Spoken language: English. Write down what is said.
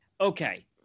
Okay